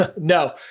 No